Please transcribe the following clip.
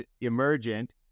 emergent